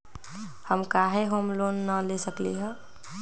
हम काहे home loan न ले सकली ह?